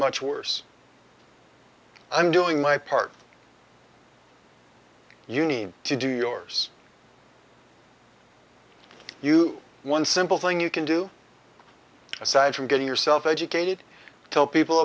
much worse i'm doing my part you need to do yours you one simple thing you can do aside from getting yourself educated tell people